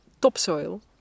topsoil